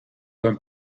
when